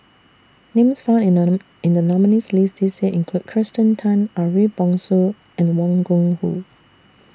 Names found in in The nominees' list This Year include Kirsten Tan Ariff Bongso and Wang Gungwu